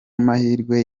mahirwe